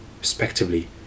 respectively